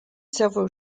several